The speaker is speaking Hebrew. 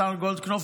השר גולדקנופ,